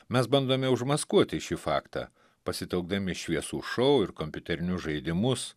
mes bandome užmaskuoti šį faktą pasitelkdami šviesų šou ir kompiuterinius žaidimus